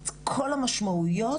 הדברים האלה לוקחים זמן, ובתוצאות